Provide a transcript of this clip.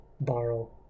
borrow